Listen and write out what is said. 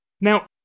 Now